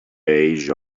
age